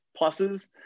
pluses